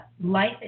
life